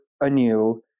anew